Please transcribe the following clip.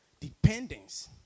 dependence